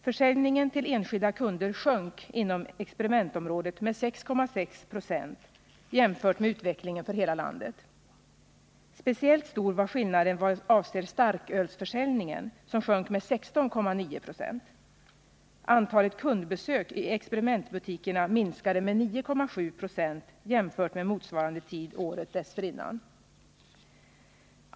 Försäljningen till enskilda kunder sjönk inom experimentområdet med 6,6 70 jämfört med utvecklingen för hela landet. Speciellt stor var skillnaden vad avser starkölsförsäljningen, som sjönk med 16,9 20. Antalet kundbesök i experimentbutikerna minskade med 9,7 26 jämfört med motsvarande tid året dessförinnan.